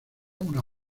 una